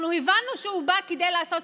אנחנו הבנו שהוא בא כדי לעשות